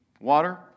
water